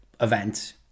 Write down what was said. event